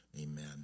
Amen